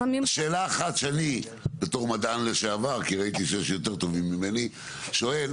שאלה אחת שאני בתור מדען לשעבר כי ראיתי שיש יותר טובים ממני שואל,